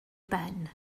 ben